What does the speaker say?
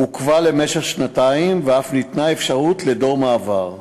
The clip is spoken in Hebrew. עוכבה למשך שנתיים, ואף ניתנה אפשרות ל"דור מעבר",